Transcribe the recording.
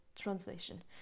translation